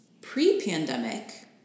Pre-pandemic